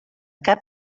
cap